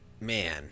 man